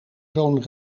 zoon